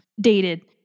dated